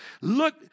Look